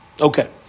okay